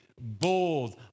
bold